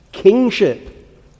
kingship